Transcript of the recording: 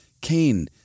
Cain